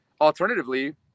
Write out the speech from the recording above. Alternatively